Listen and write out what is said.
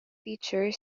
feature